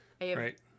Right